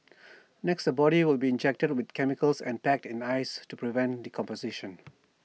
next the body will be injected with chemicals and packed in ice to prevent decomposition